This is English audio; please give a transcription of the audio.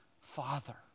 Father